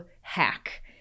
hack